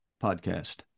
podcast